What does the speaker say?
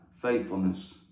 faithfulness